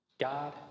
God